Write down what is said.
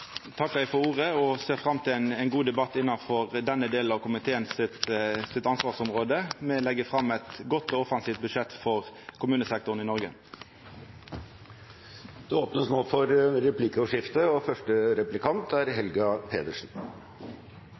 ordet og ser fram til ein god debatt innanfor denne delen av komiteen sitt ansvarsområde. Me legg fram eit godt og offensivt budsjett for kommunesektoren i Noreg. Det blir replikkordskifte. Komitélederen fra Fremskrittspartiet snakket i 15 minutter, men det var ikke mange sekundene han brukte på eldreomsorg, og